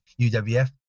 UWF